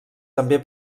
també